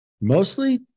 mostly